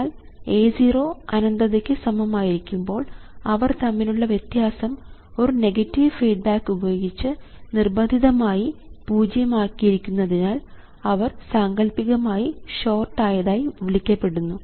എന്നാൽ A0 അനന്തതയ്ക്ക് സമം ആയിരിക്കുമ്പോൾ അവർ തമ്മിലുള്ള വ്യത്യാസം ഒരു നെഗറ്റീവ് ഫീഡ്ബാക്ക് ഉപയോഗിച്ച് നിർബന്ധിതമായി പൂജ്യം ആക്കിയിരിക്കുന്നതിനാൽ അവർ സാങ്കല്പികമായി ഷോർട്ട് ആയതായി വിളിക്കപ്പെടും